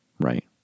Right